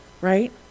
right